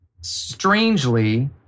strangely